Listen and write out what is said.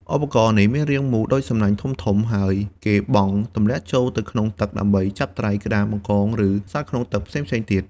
ឧបករណ៍នេះមានរាងដូចសំណាញ់ធំៗ ហើយគេបង់ទម្លាក់ចូលទៅក្នុងទឹកដើម្បីចាប់ត្រី ក្តាម បង្កង ឬសត្វក្នុងទឹកផ្សេងៗទៀត។